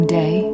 day